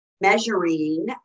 measuring